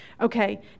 Okay